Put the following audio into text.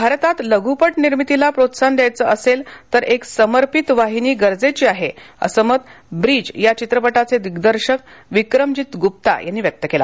भारतात लघ्पट निर्मितीला प्रोत्साहन द्यायचं असेल तर एक समर्पित वाहिनी गरजेची आहे असं मत ब्रिज या चित्रपटाचे दिग्दर्शक विक्रमजित गुप्ता यांनी व्यक्त केलं